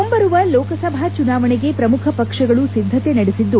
ಮುಂಬರುವ ಲೋಕಸಭಾ ಚುನಾವಣೆಗೆ ಪ್ರಮುಖ ಪಕ್ಷಗಳು ಸಿದ್ದತೆ ನಡೆಸಿದ್ದು